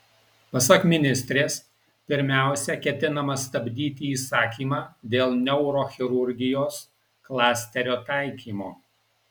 pasak ministrės pirmiausia ketinama stabdyti įsakymą dėl neurochirurgijos klasterio taikymo